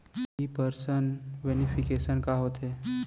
In person verification का होथे?